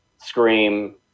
scream